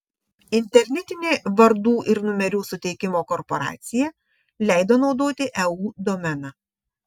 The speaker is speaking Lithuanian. internetinė vardų ir numerių suteikimo korporacija leido naudoti eu domeną